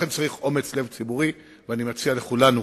לכן צריך אומץ לב ציבורי, ואני מציע לכולנו